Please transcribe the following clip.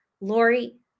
Lori